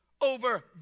over